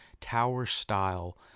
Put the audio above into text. tower-style